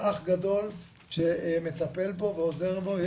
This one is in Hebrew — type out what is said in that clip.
אח גדול שמטפל בו ועוזר לו.